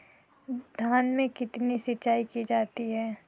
धान में कितनी सिंचाई की जाती है?